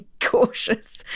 cautious